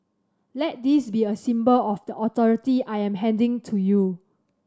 let this be a symbol of the authority I am handing to you